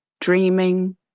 dreaming